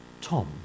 Tom